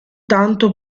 tanto